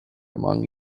among